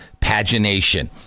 pagination